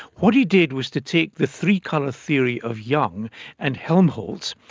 what he did was to take the three-colour theory of young and helmholtz,